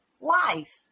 life